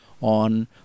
on